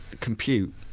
compute